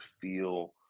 feel